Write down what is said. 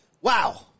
wow